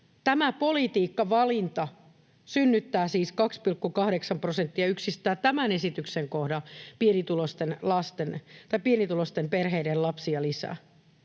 tämä politiikkavalinta synnyttää siis 2,8 prosenttia yksistään tämän esityksen kohdalla pienituloisten perheiden lapsia lisää.